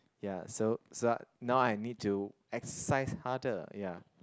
ya so so now I need to exercise harder ya